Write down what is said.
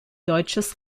deutsches